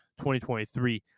2023